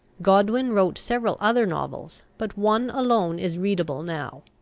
godwin wrote several other novels, but one alone is readable now,